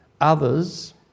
others